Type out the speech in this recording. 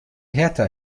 hertha